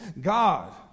God